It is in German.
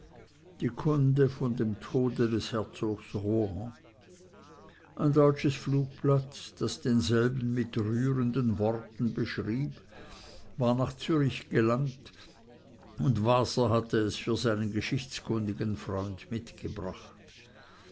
die kunde vom tode des herzogs rohan ein deutsches flugblatt das denselben mit rührenden worten beschrieb war nach zürich gelangt und waser hatte es für seinen geschichtskundigen freund mitgebracht